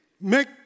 make